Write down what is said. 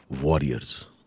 warriors